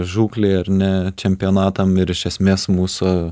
žūklei ar ne čempionatam ir iš esmės mūsų